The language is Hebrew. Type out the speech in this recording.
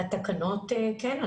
כן.